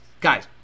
Guys